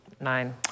nine